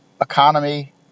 Economy